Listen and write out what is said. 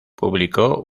publicó